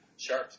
sharp